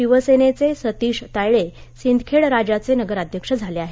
शिवसेनेचे सतिश तायडे सिंदखेड राजाचे नगराध्यक्ष झाले आहेत